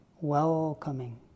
welcoming